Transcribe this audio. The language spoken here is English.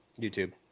YouTube